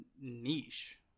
niche